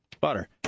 butter